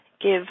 Give